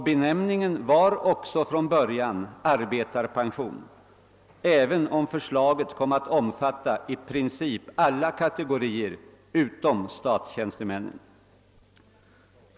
Benämningen var också från början arbetarpension, även om förslaget kom att omfatta i princip alla kategorier utom statstjänstemännen.